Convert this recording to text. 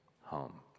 home